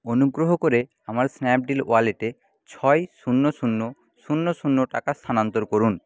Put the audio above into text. অনুগ্রহ করে আমার স্ন্যাপডিল ওয়ালেটে ছয় শূন্য শূন্য শূন্য শূন্য টাকা স্থানান্তর করুন